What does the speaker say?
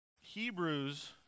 Hebrews